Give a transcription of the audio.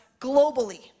globally